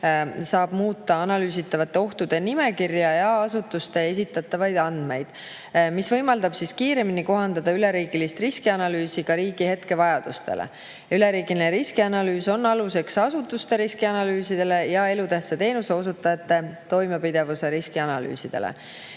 saab muuta analüüsitavate ohtude nimekirja ja asutuste esitatavaid andmeid. See võimaldab kiiremini kohandada üleriigilist riskianalüüsi riigi hetkevajadustele [vastavaks]. Üleriigiline riskianalüüs on aluseks asutuste riskianalüüsidele ja elutähtsa teenuse osutajate toimepidevuse riski analüüsidele.